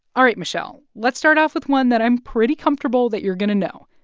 all right, michele, let's start off with one that i'm pretty comfortable that you're going to know.